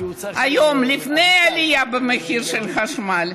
היום, לפני העלייה במחיר של החשמל,